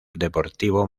deportivo